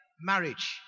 marriage